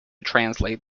translate